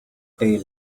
tail